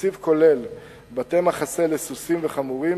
התקציב כולל בתי-מחסה לסוסים וחמורים,